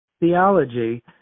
theology